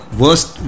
worst